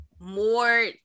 more